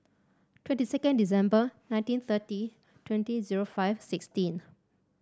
twenty second December nineteen thirty twenty zero five sixteen